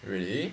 really